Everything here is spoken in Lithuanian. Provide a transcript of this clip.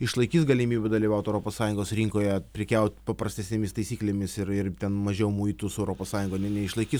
išlaikys galimybių dalyvaut europos sąjungos rinkoje prekiaut paprastesnėmis taisyklėmis ir ir ten mažiau muitus europos sąjungoj ne neišlaikys